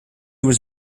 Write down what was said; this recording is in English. was